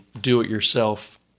do-it-yourself